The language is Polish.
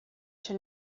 się